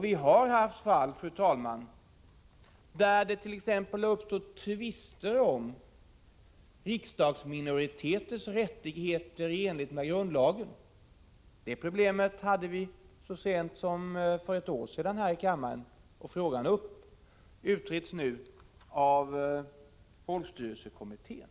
Det har funnits fall, fru talman, där det t.ex. har uppstått tvister om riksdagsminoritets rättigheter i enlighet med grundlagen. Det problemet hade vi så sent som för ett år sedan här i kammaren, och frågan utreds nu av folkstyrelsekommittén.